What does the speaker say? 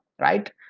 right